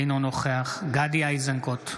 אינו נוכח גדי איזנקוט,